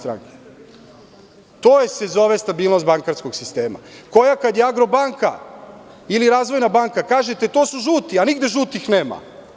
To se zove stabilnost bankarskog sistema, za koju kada je „Agrobanka“ ili „Razvojna banka“ kažete – to su žuti, a nigde žutih nema.